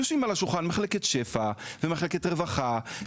יושבים בשולחן מחלקת שפע ומחלקת רווחה,